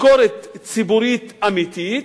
ביקורת ציבורית אמיתית.